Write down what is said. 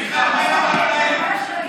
מיכאל, מה עם החקלאים?